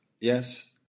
yes